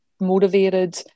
motivated